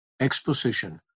exposition